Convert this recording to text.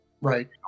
Right